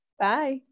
Bye